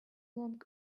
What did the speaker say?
long